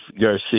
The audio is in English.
Garcia